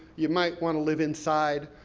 you might want to live inside.